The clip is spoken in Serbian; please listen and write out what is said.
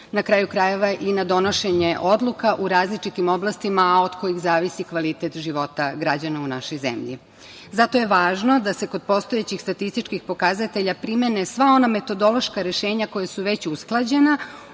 na kraju krajeva, i na donošenje odluka u različitim oblastima, a od kojih zavisi kvalitet života građana u našoj zemlji. Zato je važno da se kod postojećih statističkih pokazatelja primene sva ona metodološka rešenja koja su već usklađena,